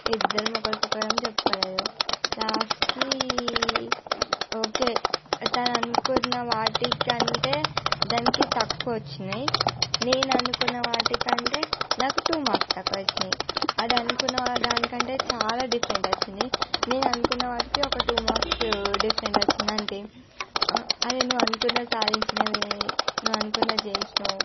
ఇద్దరం ఒకరికి ఒకరం చెప్పుకోలేదు లాస్ట్కి ఓకే తన అనుకున్న వాటికంటే దానికి తక్కువ వచ్చినాయి నేను అనుకున్న వాటికంటే నాకు టూ మార్క్స్ తక్కువ వచ్చినవి అది అనుకున్న దానికంటే చాలా డిఫరెంట్ వచ్చింది నేను అనుకున్న వాటికి ఒక టూ మార్క్స్ డిఫరెంట్ వచ్చింది అంతే అర్ నువ్వు అనుకున్నది అనుకున్నది సాధించినవే నువ్వు అనుకున్నది చేసినవు